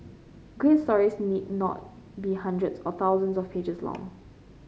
great stories need not be hundreds or thousands of pages long